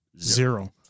Zero